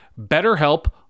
BetterHelp